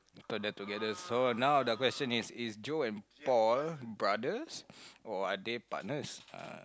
put that together so now the question is is Joe and Paul brothers or are they partners